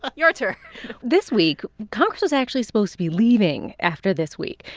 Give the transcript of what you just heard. ah your turn this week, congress was actually supposed to be leaving after this week.